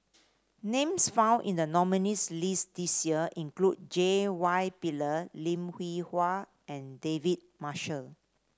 names found in the nominees' list this year include J Y Pillay Lim Hwee Hua and David Marshall